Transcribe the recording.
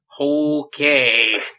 Okay